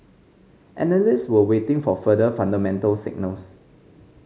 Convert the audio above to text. analysts were waiting for further fundamental signals